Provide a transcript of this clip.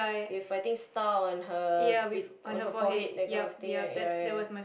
with I think star on her big on her forehead that kind of thing right ya ya ya